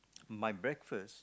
my breakfast